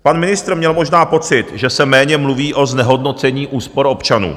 Pan ministr měl možná pocit, že se méně mluví o znehodnocení úspor občanů.